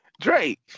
Drake